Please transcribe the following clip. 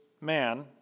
man